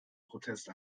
protest